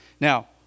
Now